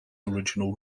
original